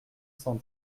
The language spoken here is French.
cent